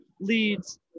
leads